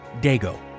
Dago